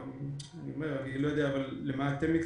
אני לא יודע למה אתם מתכוונים,